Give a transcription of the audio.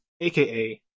aka